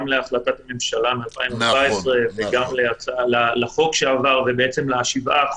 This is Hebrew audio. להחלטת הממשלה מ-2014 וגם לחוק שעבר עם ה-7%,